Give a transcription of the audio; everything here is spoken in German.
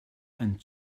ein